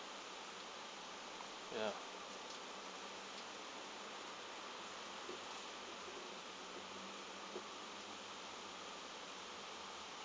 ya